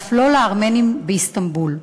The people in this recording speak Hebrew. ואף לא לארמנים באיסטנבול.